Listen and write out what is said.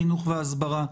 חינוך והסברה.